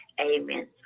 Amen